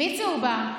מי צהובה?